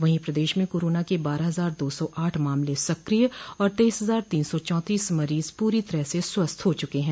वहीं प्रदेश में कोरोना के बारह हजार दो सौ आठ मामले सक्रिय और तेइस हजार तीन सौ चौंतीस मरीज पूरी तरह से स्वस्थ हो चुके हैं